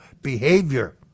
behavior